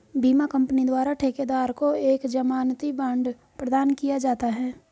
बीमा कंपनी द्वारा ठेकेदार को एक जमानती बांड प्रदान किया जाता है